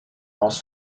haus